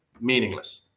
meaningless